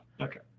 Okay